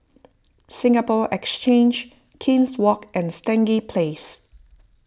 Singapore Exchange King's Walk and Stangee Place